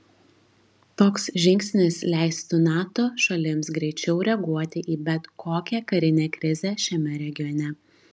toks žingsnis leistų nato šalims greičiau reaguoti į bet kokią karinę krizę šiame regione